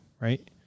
right